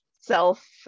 self